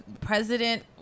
president